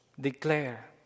declare